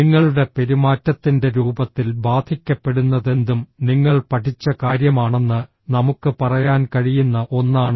നിങ്ങളുടെ പെരുമാറ്റത്തിൻറെ രൂപത്തിൽ ബാധിക്കപ്പെടുന്നതെന്തും നിങ്ങൾ പഠിച്ച കാര്യമാണെന്ന് നമുക്ക് പറയാൻ കഴിയുന്ന ഒന്നാണ്